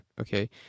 Okay